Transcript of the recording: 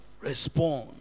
Respond